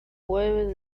web